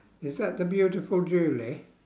is that the beautiful julie